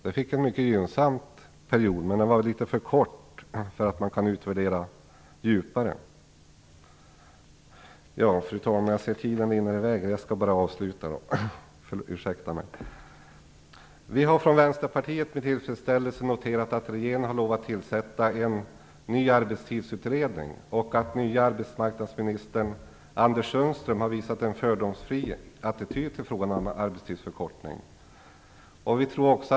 Därefter kom en mycket gynnsam period, men den var litet för kort för att kunna utvärderas djupare. Vi har från vänsterpartiet med tillfredsställelse noterat att regeringen har lovat att tillsätta en ny arbetstidsutredning och att den nye arbetsmarknadsministern Anders Sundström visat en fördomsfri attityd till frågan om arbetstidsförkortning.